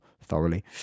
thoroughly